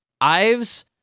Ive's